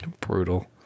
Brutal